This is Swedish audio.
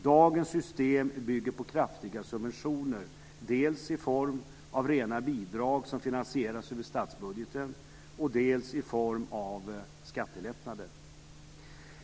Dagens system bygger på kraftiga subventioner, dels i form av rena bidrag som finansieras över statsbudgeten, dels i form av skattelättnader.